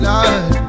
Lord